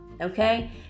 okay